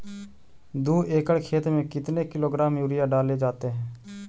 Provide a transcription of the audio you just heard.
दू एकड़ खेत में कितने किलोग्राम यूरिया डाले जाते हैं?